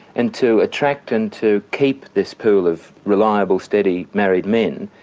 and to attract and to keep this pool of reliable, steady married men,